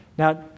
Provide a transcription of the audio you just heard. Now